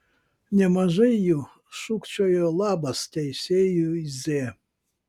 nemažai jų šūkčiojo labas teisėjui z